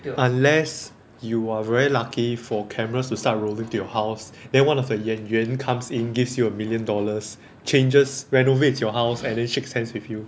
unless you are very lucky for cameras to start rolling to your house then one of the 演员 comes in gives you a million dollars changes renovates your house and then shakes hands with you